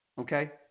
Okay